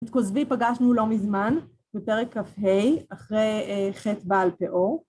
את כזבי פגשנו לא מזמן, בפרק כ"ה אחרי חטא בעל פעור.